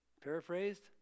paraphrased